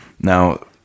Now